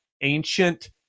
ancient